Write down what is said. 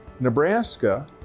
Nebraska